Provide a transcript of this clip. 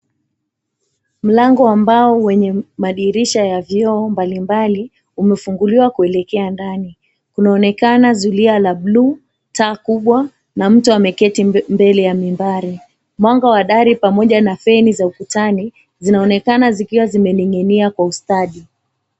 Mlango ambao wenye madirisha ya vioo mbalimbali, umefunguliwa kuelekea ndani. Zulia la bluu, taa kubwa, na mtu ameketi mbele ya mimbari. Mwanga wa dari pamoja na feni za ukutani, zinaonekana zikiwa zimening'inia kwa ustadi.